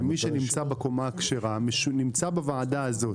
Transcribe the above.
ומי שנמצא בקומה הכשרה נמצא בוועדה הזאת.